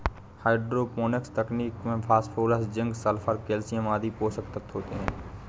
hydroponics तकनीक में phosphorus, zinc, sulphur, calcium आदि पोषक तत्व होते है